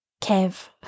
kev